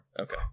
Okay